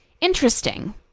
interesting